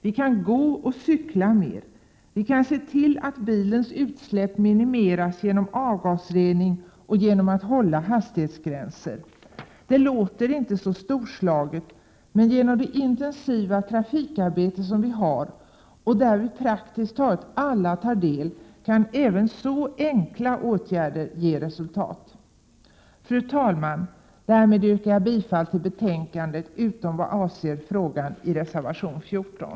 Vi kan gå och cykla mer och vi kan se till att bilens utsläpp minimeras genom avgasrening och genom att hålla hastighetsgränser. Det låter inte så storslaget, men genom vårt intensiva trafikarbete, där praktiskt taget alla tar del, kan även så enkla åtgärder ge resultat. Fru talman! Jag yrkar bifall till hemställan i betänkandet, utom vad avser den fråga som behandlas i reservation 14.